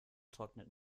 trocknet